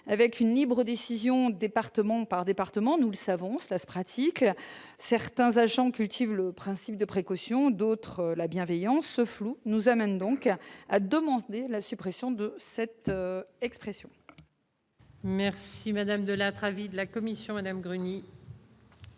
avec une libre décision, département par département, nous le savons, cela se pratique certains agents cultive le principe de précaution, d'autres la bienveillance flou nous amène donc à demander la suppression de cette expression. Merci madame de la travée de la commission Madame Grenier.